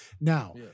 Now